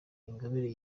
ingabire